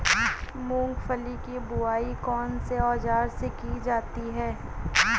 मूंगफली की बुआई कौनसे औज़ार से की जाती है?